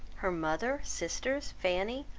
her mother, sisters, fanny,